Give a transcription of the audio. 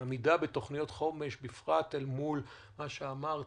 העמידה בתוכניות חומש, בפרט אל מול מה שאמרתי,